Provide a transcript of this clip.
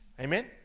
amen